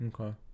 Okay